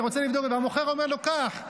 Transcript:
והמוכר אומר לו: קח,